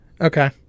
Okay